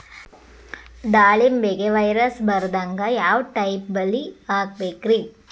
ದಾಳಿಂಬೆಗೆ ವೈರಸ್ ಬರದಂಗ ಯಾವ್ ಟೈಪ್ ಬಲಿ ಹಾಕಬೇಕ್ರಿ?